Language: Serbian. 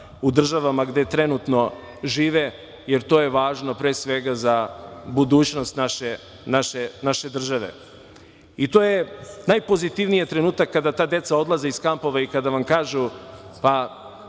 u državama gde trenutno žive, jer to je važno, pre svega, za budućnost naše države. Najpozitivniji je trenutak kada ta deca odlaze iz kampova i kada vam kažu, pa,